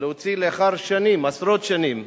להוציא לאחר שנים, עשרות שנים,